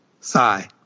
Sigh